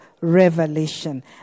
revelation